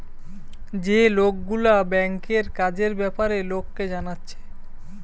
যে লোকগুলা ব্যাংকের কাজের বেপারে লোককে জানাচ্ছে